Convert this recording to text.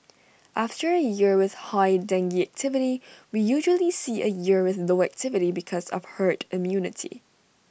after A year with high dengue activity we usually see A year with low activity because of herd immunity